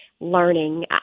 learning